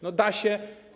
No da się?